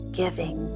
giving